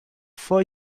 for